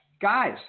Guys